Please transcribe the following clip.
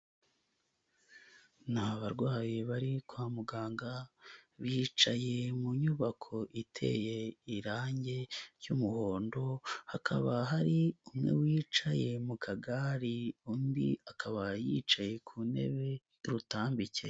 Na abarwayi bari kwa muganga, bicaye mu nyubako iteye irangi ry'umuhondo, hakaba hari umwe wicaye mu kagari, undi akaba yicaye ku ntebe ifite ubutambike.